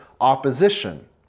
opposition